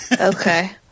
Okay